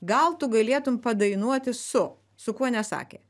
gal tu galėtum padainuoti su su kuo nesakė